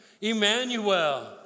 Emmanuel